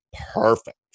perfect